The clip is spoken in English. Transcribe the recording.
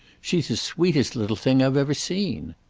she's the sweetest little thing i've ever seen.